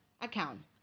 account